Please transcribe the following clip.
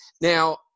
Now